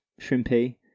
Shrimpy